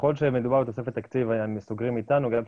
ככל שמדובר בתוספת תקציב, הם סוגרים אתנו.